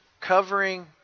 covering